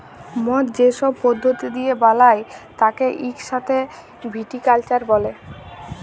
মদ যে সব পদ্ধতি দিয়ে বালায় তাকে ইক সাথে ভিটিকালচার ব্যলে